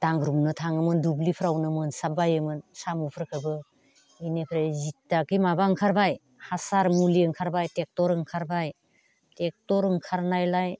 दांग्रोमनो थाङोमोन दुब्लिफोरावनो मोनसाब बायोमोन साम'फोरखौबो बेनिफ्राय जिटियाखि माबा ओंखारबाय हासार मुलि ओंखारबाय ट्रेक्ट'र ओंखारबाय ट्रेक्ट'र ओंखारनायलाय